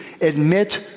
admit